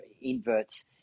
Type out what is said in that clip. inverts